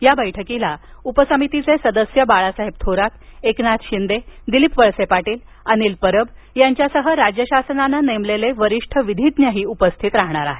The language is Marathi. या बैठकीला उपसमितीचे सदस्य बाळासाहेब थोरात एकनाथ शिंदे दिलीप वळसे पाटील अनिल परब यांच्यासह राज्य शासनाने नेमलेले वरिष्ठ विधीज्ञ उपस्थित राहणार आहेत